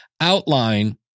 outline